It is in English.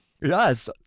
Yes